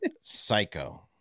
psycho